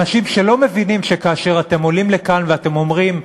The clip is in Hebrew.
אנשים שלא מבינים כאשר אתם עולים לכאן ואתם אומרים: